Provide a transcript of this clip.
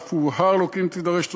ואף הובהר לו כי אם תידרש תוספת,